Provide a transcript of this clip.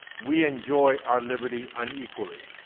we enjoy our liberty unequally,